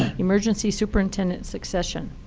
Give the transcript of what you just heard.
emergency superintendent succession,